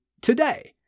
Today